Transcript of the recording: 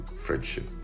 friendship